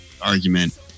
argument